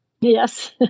Yes